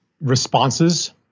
responses